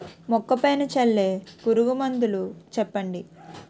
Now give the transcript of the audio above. మొక్క పైన చల్లే పురుగు మందులు చెప్పండి?